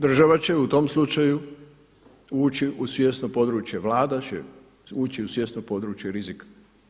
Država će u tom slučaju ući u svjesno područje, Vlada će ući u svjesno područje rizika.